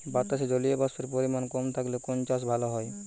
বাতাসে জলীয়বাষ্পের পরিমাণ কম থাকলে কোন চাষ ভালো হয়?